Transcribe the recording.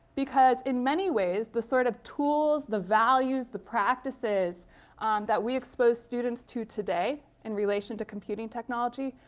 because in many ways, the sort of tools, the values, the practices that we expose students to today, in relation to computing technology,